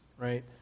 right